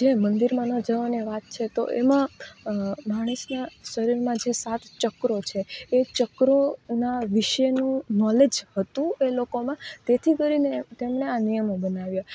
જે મંદિરમાં ન જવાની વાત છે તો એમાં માણસના શરીરમાં જે સાત ચક્રો છે એ ચક્રોના વિશેનું નોલેજ હતુ એ લોકોમા તેથી કરીને તેમને આ નિયમો બનાવ્યા